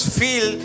feel